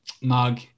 mug